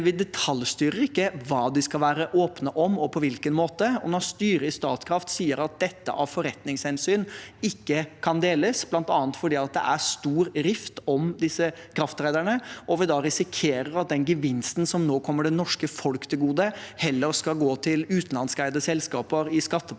vi detaljstyrer ikke hva de skal være åpne om, og på hvilken måte. Når styret i Statkraft sier at dette av forretningshensyn ikke kan deles, bl.a. fordi det er stor rift om disse krafttraderne, og vi da risikerer at den gevinsten som nå kommer det norske folk til gode, heller går til utenlandskeide selskaper i skatteparadiser